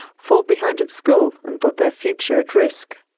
fall behind at school, and put their future at risk.